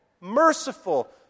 merciful